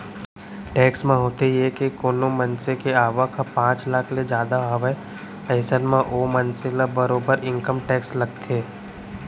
tax म होथे ये के कोनो मनसे के आवक ह पांच लाख ले जादा हावय अइसन म ओ मनसे ल बरोबर इनकम टेक्स लगथे